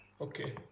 Okay